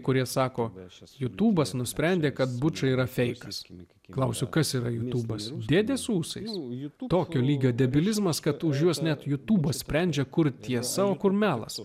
kurie sako esąs jutubas nusprendė kad bučą yra feikas miki klausiu kas yra jutubas dėdė su ūsais ji tokio lygio debilizmas kad už juos net jutūbas sprendžia kur tiesa o kur melas